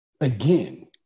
Again